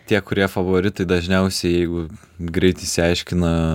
tie kurie favoritai dažniausiai jeigu greit išsiaiškina